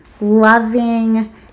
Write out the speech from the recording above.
loving